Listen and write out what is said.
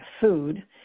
food